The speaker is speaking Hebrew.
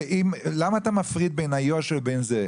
ולמה אתה מפריד בין איו"ש לבין זה?